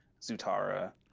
Zutara